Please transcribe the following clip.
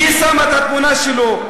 והיא שמה את התמונה שלו,